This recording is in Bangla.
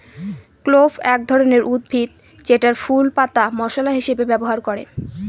ক্লোভ এক ধরনের উদ্ভিদ যেটার ফুল, পাতা মশলা হিসেবে ব্যবহার করে